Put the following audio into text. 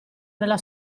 nella